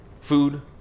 food